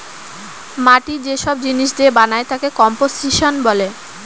মাটি যে সব জিনিস দিয়ে বানায় তাকে কম্পোসিশন বলে